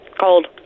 Cold